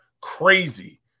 crazy